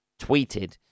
tweeted